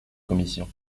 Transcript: commission